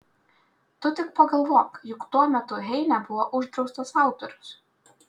tu tik pagalvok juk tuo metu heine buvo uždraustas autorius